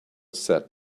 said